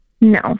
No